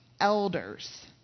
elders